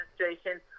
administration